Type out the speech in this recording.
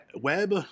Web